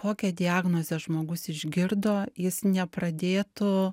kokią diagnozę žmogus išgirdo jis nepradėtų